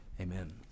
Amen